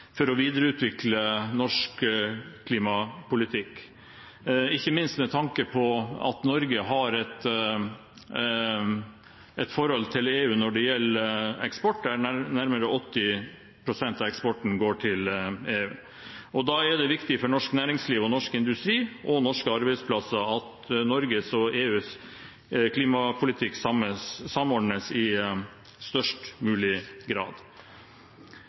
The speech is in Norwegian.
for å videreutvikle norsk klimapolitikk, ikke minst med tanke på at Norge har et forhold til EU når det gjelder eksport. Nærmere 80 pst. av eksporten går til EU. Da er det viktig for norsk næringsliv og norsk industri og norske arbeidsplasser at Norges og EUs klimapolitikk samordnes i størst mulig grad.